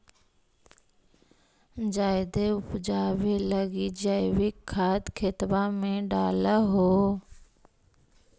जायदे उपजाबे लगी जैवीक खाद खेतबा मे डाल हो?